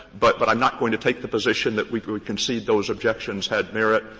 but but i'm not going to take the position that we would concede those objections had merit,